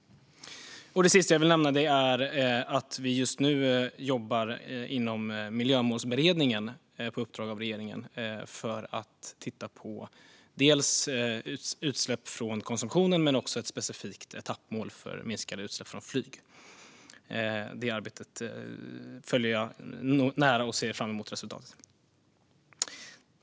Det sista jag vill nämna är att vi inom Miljömålsberedningen just nu jobbar på uppdrag av regeringen med att titta på utsläpp från konsumtionen och ett specifikt etappmål för minskade utsläpp från flyg. Det arbetet följer jag nära, och jag ser fram emot resultatet.